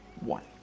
one